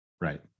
Right